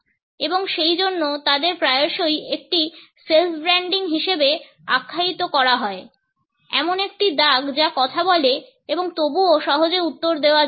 এবং সেইজন্য তাদের প্রায়শই একটি self branding হিসাবে আখ্যায়িত করা হয় এমন একটি দাগ যা কথা বলে এবং তবুও সহজে উত্তর দেওয়া যায় না